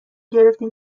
گرفتیم